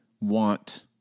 want